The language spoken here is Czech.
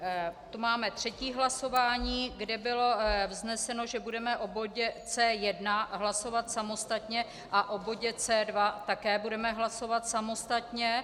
To máme třetí hlasování, kde bylo vzneseno, že budeme o bodě C1 hlasovat samostatně a o bodě C2 také budeme hlasovat samostatně.